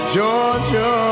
Georgia